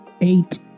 eight